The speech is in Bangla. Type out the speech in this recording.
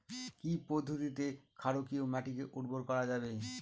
কি পদ্ধতিতে ক্ষারকীয় মাটিকে উর্বর করা যাবে?